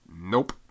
Nope